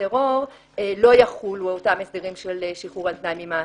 טרור לא יחולו אותם הסדרים של שחרור על תנאי ממאסר.